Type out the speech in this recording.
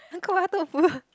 tofu